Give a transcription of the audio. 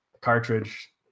cartridge